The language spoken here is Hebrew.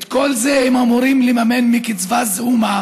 את כל זה הם אמורים לממן מקצבה זעומה